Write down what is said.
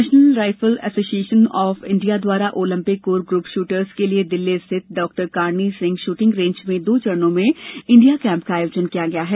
national Rifle Association of India द्वारा Olympic core group shooters के लिए दिल्ली स्थित Dr Karni Singh shooting range में दो चरणों में इंडिया कैंप का आयोजन किया गया है